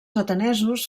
atenesos